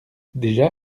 déjà